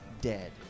dead